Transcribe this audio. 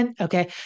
Okay